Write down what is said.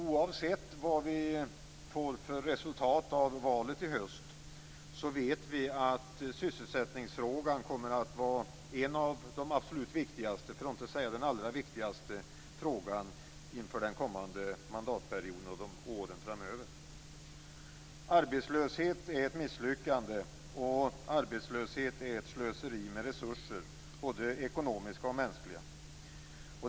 Oavsett vad resultatet av valet i höst blir vet vi att sysselsättningsfrågan kommer att vara en av de absolut viktigaste frågorna - för att inte säga den allra viktigaste frågan - inför den kommande mandatperioden och åren framöver. Arbetslöshet är ett misslyckande och ett slöseri med resurser, både ekonomiska och mänskliga.